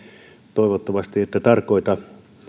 toivottavasti ette tarkoita